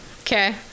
Okay